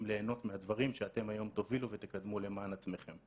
ליהנות מהדברים שאתם היום תובילו ותקדמו למען עצמכם.